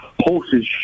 Horses